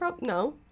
No